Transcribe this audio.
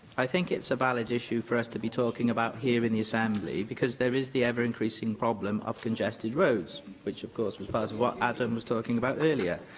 i think it's a valid issue for us to be talking about here in the assembly, because there is the ever-increasing problem of congested roads, which, of course, is part of what adam was talking about earlier.